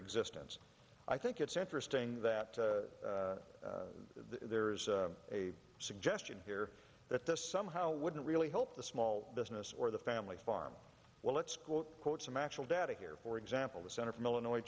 existence i think it's interesting that there is a suggestion here that this somehow wouldn't really help the small business or the family farm well let's quote some actual data here for example the center from illinois